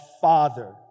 father